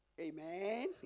Amen